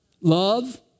Love